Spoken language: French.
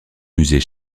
musée